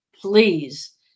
please